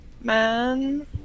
Man